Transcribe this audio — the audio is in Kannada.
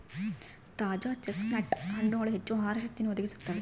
ತಾಜಾ ಚೆಸ್ಟ್ನಟ್ ಹಣ್ಣುಗಳು ಹೆಚ್ಚು ಆಹಾರ ಶಕ್ತಿಯನ್ನು ಒದಗಿಸುತ್ತವೆ